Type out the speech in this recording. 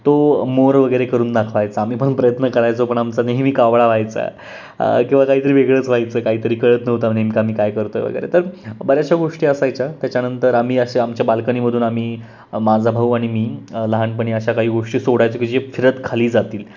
तो मोर वगैरे करून दाखवायचा आम्ही पण प्रयत्न करायचो पण आमचा नेहमी कावळा व्हायचा किंवा काहीतरी वेगळंच व्हायचं काहीतरी कळत नव्हतं नेमकं आम्ही काय करतो आहे वगैरे तर बऱ्याचशा गोष्टी असायच्या त्याच्यानंतर आम्ही अशा आमच्या बाल्कनीमधून आम्ही माझा भाऊ आणि मी लहानपणी अशा काही गोष्टी सोडायचे की जे फिरत खाली जातील